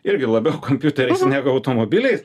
irgi labiau kompiuteriais negu automobiliais